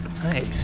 Nice